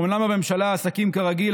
אומנם בממשלה עסקים כרגיל,